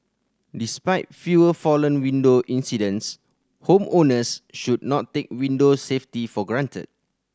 despite fewer fallen window incidents homeowners should not take window safety for granted